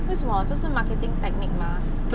为什么这是 marketing technique mah